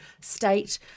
state